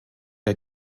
der